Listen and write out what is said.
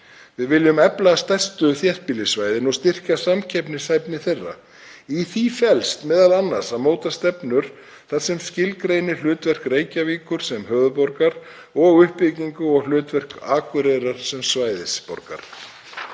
Við viljum efla stærstu þéttbýlissvæðin og styrkja samkeppnishæfni þeirra. Í því felst m.a. að móta stefnu sem skilgreini hlutverk Reykjavíkur sem höfuðborgar og uppbyggingu og hlutverk Akureyrar sem svæðisborgar.